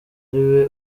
ariwe